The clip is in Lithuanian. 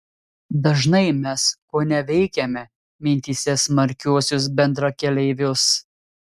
dažnai mes koneveikiame mintyse smarkiuosius bendrakeleivius